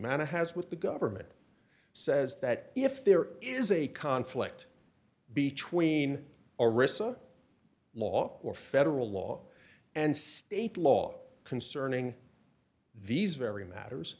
humana has with the government says that if there is a conflict between orissa law or federal law and state law concerning these very matters